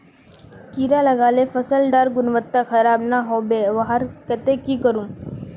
कीड़ा लगाले फसल डार गुणवत्ता खराब ना होबे वहार केते की करूम?